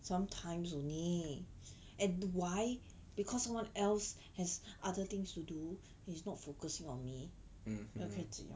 mmhmm